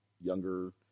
younger